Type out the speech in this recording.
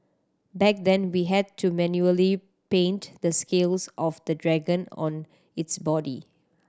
back then we had to manually paint the scales of the dragon on its body